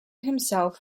himself